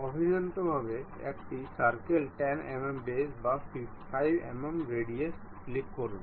আমি এটাকে ট্যান্জেন্ট করে তুলব